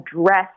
address